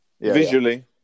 Visually